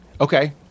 Okay